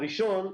הראשון,